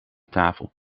tafel